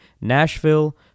Nashville